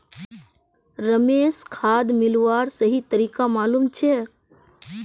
रमेशक खाद मिलव्वार सही तरीका मालूम छेक